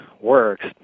works